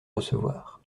recevoir